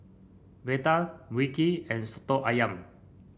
vadai Mui Kee and soto ayam